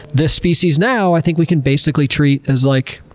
this species now, i think we can basically treat as, like,